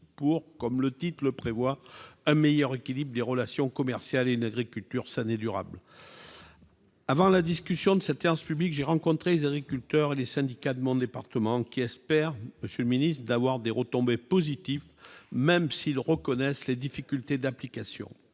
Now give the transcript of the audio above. pour, comme le prévoit le titre I, un meilleur équilibre des relations commerciales et une agriculture saine et durable. Avant la discussion de ce texte en séance publique, j'ai rencontré des agriculteurs et les syndicats de mon département : ils espèrent, monsieur le ministre, des retombées positives, même s'ils reconnaissent des difficultés d'application.